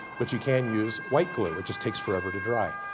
but you can use white glue, it just takes forever to dry.